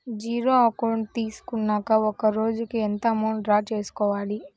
Zero account తీసుకున్నాక ఒక రోజుకి ఎంత అమౌంట్ డ్రా చేసుకోవాలి?